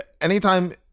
anytime